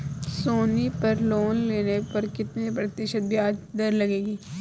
सोनी पर लोन लेने पर कितने प्रतिशत ब्याज दर लगेगी?